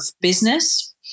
business